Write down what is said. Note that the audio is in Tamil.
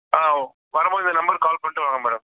ஆ வரும்போது இந்த நம்பர்க்கு கால் பண்ணிட்டு வாங்க மேடம்